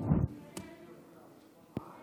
כמה זמן נחוץ לך, בבקשה?